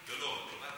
לא, לא,